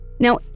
Now